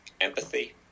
empathy